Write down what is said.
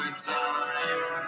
time